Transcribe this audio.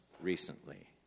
recently